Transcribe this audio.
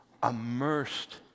immersed